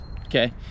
okay